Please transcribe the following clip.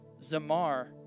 zamar